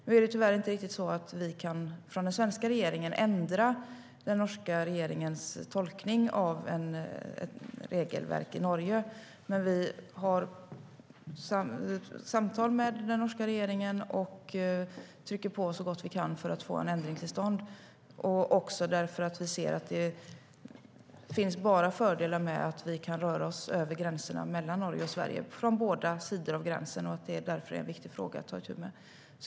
Tyvärr är det inte riktigt så att vi från den svenska regeringen kan ändra den norska regeringens tolkning av ett regelverk i Norge. Men vi har samtal med den norska regeringen och trycker på så gott vi kan för att få en ändring till stånd, också därför att vi ser att det bara finns fördelar med att vi kan röra oss över gränserna mellan Norge och Sverige, från båda sidor av gränsen. Det är därför en viktig fråga att ta itu med.